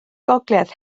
gogledd